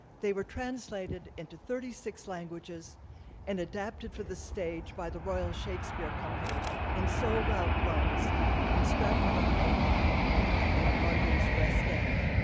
they were translated into thirty six languages and adapted for the stage by the royal shakespeare company in sold-out runs in stratford-on-avon in and london's west end,